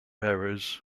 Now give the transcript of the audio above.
errors